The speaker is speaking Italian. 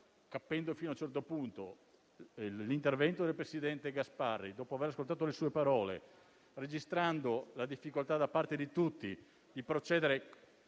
capendo fino a certo punto, l'intervento del presidente Gasparri e dopo aver ascoltato le sue parole, registrando la difficoltà da parte di tutti di procedere